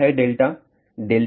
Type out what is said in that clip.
क्या है δ